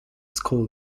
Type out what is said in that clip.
school